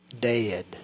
Dead